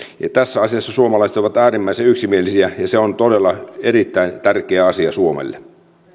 tässä asiassa suomalaiset ovat äärimmäisen yksimielisiä ja se on todella erittäin tärkeä asia suomelle